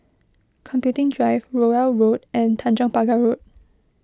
Computing Drive Rowell Road and Tanjong Pagar Road